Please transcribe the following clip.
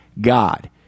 God